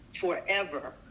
forever